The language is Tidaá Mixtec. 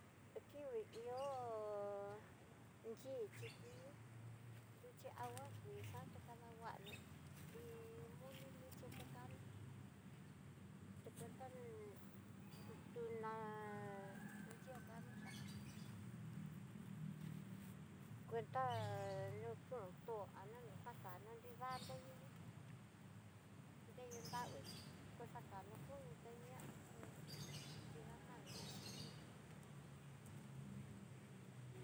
Hé kikui hí ihó inki chi kuii, nruxhi angua kuii xian ta kanguaño iin muli luxhi tekano te kuenta ni'i, tuná nrió kano xhiá, cuenta nu kundo anona xakaton nridá nrii nravii kuxanió kuño teniá ku kidá mal ñaxhi tukú.